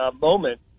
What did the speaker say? moment